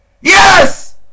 Yes